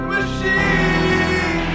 Machine